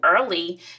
early